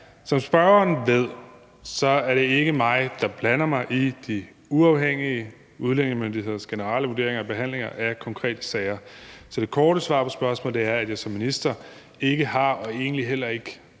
Som spørgeren ved, blander jeg mig ikke i de uafhængige udlændingemyndigheders generelle vurderinger og behandlinger af konkrete sager. Så det korte svar på spørgsmålet er, at jeg som minister ikke har og egentlig heller ikke